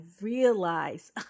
realize